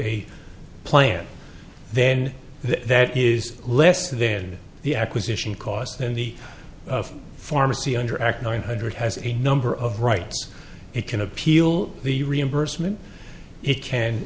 a plant then that is less then the acquisition costs then the pharmacy under act nine hundred has a number of rights it can appeal the